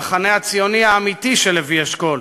המחנה הציוני האמיתי של לוי אשכול,